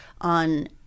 on